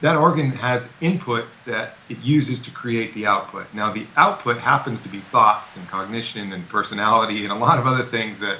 that organ has input that it uses to create the output. now the output happens to be thoughts, and cognition, and personality, and a lot of other things that